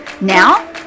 Now